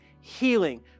healing